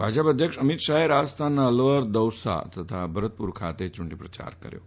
ભાજપના અધ્યક્ષ અમિત શાહે રાજસ્થાનના અલવર તથા દૌસા અને ભરતપુર ખાતે યૂંટણી પ્રચાર કર્યો હતો